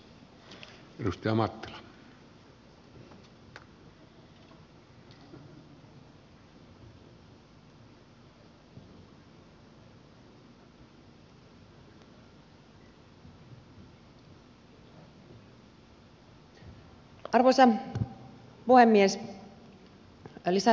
arvoisa puhemies